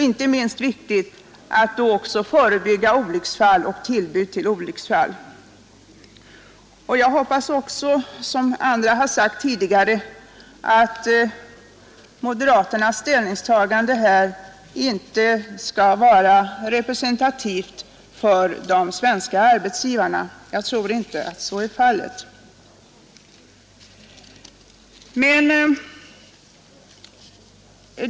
Inte minst viktigt är möjligheten att förebygga olycksfall och tillbud till olycksfall. Liksom andra har sagt tidigare hoppas jag att moderaternas ställningstagande här inte skall vara representativt för de svenska arbetsgivarna. Jag tror inte att så är fallet.